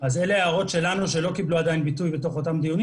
אלה ההערות שלנו שעדיין לא קיבלו ביטוי בתוך אותם דיונים